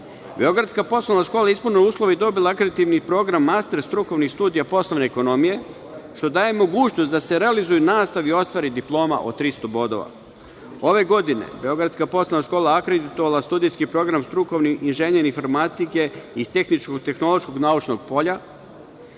Beogradska poslovna škola je ispunila uslove i dobila akreditivni program master strukovnih studija poslovne ekonomije, što daje mogućnost da se realizuje nastava i ostvari diploma od 300 bodova. Ove godine Beogradska poslovna škola je akreditovala studijski program strukovni inženjer informatike iz tehničko tehnološkog naučnog polja